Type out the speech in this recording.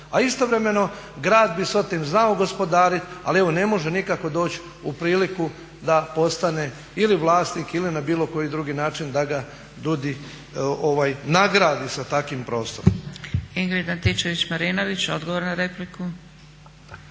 A istovremeno grad bi sotim znao gospodariti ali evo ne može nikako doći u priliku da postane ili vlasnik ili na bilo koji drugi način da ga DUDI nagradi sa takim prostorom. **Zgrebec, Dragica (SDP)** Ingrid Antičević-Marinović, odgovor na repliku.